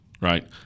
right